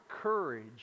courage